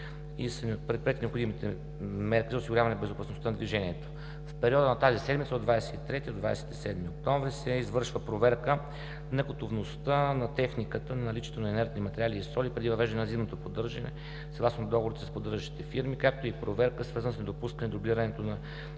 са предприети необходимите мерки за осигуряване безопасността на движението. В периода на тази седмица, от 23 до 27 октомври, се извършва проверка на готовността на техниката, на наличието на инертни материали и соли, преди въвеждане на зимното поддържане съгласно договорите с поддържащите фирми, както и проверка, свързана с недопускане дублирането на